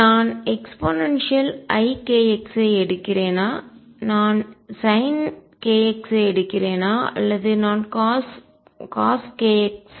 நான் eikx ஐ எடுக்கிறேனா நான் sin kx ஐ எடுக்கிறேனா அல்லது நான் cos kx